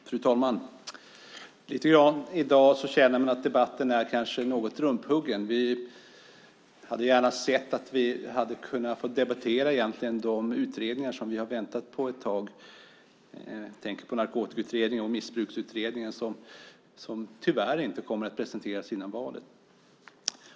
Fru talman! I dag känner man att debatten kanske är något rumphuggen. Vi hade gärna sett att vi hade kunnat debattera de utredningar som vi har väntat på ett tag. Jag tänker på narkotikautredningen och missbruksutredningen, som tyvärr inte kommer att presenteras före valet.